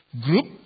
group